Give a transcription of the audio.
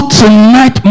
tonight